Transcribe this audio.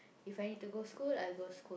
if I need to go school I go school